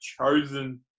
chosen